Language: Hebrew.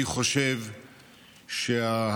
אני חושב שההסטה